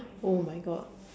oh my god